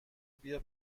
بیا